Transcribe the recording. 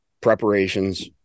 preparations